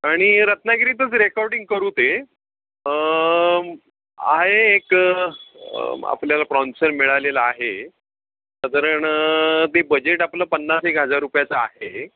आणि रत्नागिरीतच रेकॉर्डिंग करू ते आहे एक आपल्याला प्रॉन्सर मिळालेलं आहे साधारण ते बजेट आपलं पन्नास एक हजार रुपयाचं आहे